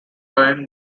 iron